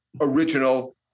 original